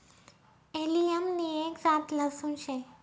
allium नि एक जात लहसून शे